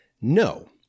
No